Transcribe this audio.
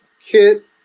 Kit